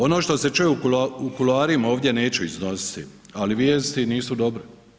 Ono što se čuje u kuloarima ovdje neću iznositi ali vijesti nisu dobre.